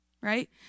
right